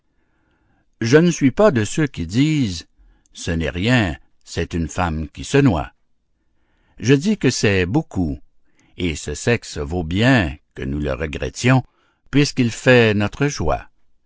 je ne suis pas de ceux qui disent ce n'est rien c'est une femme qui se noie je dis que c'est beaucoup et ce sexe vaut bien que nous le regrettions puisqu'il fait notre joie